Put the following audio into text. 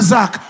Zach